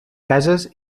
cases